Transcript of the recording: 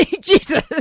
Jesus